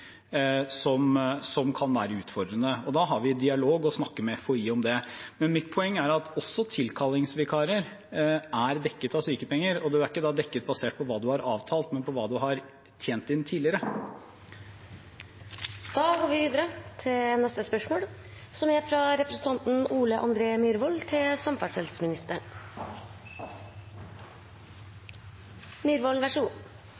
som kan være utfordrende, og da har vi dialog og snakker med FHI om det. Men mitt poeng er at også tilkallingsvikarer er dekket av sykepenger, og du er ikke da dekket basert på hva du har avtalt, men på hva du har tjent inn tidligere. Dette spørsmålet er trukket tilbake. «Til tross for at planene ligger klare og behovet har vært åpenbart over lengre tid ble det ikke avsatt penger til mudring i farleden til